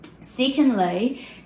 secondly